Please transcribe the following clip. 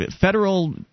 federal